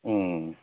ꯎꯝ